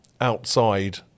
outside